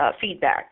feedback